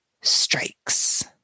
strikes